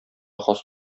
хас